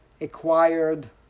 acquired